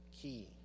key